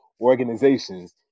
organizations